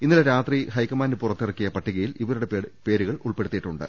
ഇന്നലെ രാത്രി ഹൈക്കമാൻഡ് പുറത്തിറക്കിയ പട്ടികയിൽ ഇവരുടെ പേരുകൾ ഉൾപെടുത്തിയിട്ടുണ്ട്